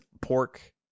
pork